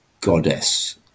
goddess